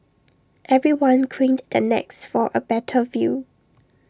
everyone craned the necks for A better view